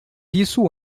isso